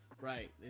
Right